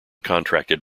contracted